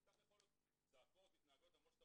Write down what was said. וכך יכול להיות צעקות והתנהגויות שלמרות שאתה